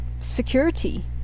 security